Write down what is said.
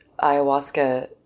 ayahuasca